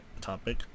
topic